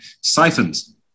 siphons